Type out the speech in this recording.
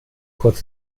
kurz